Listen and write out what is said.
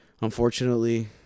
unfortunately